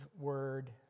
word